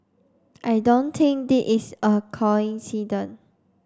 I don't think this a coincident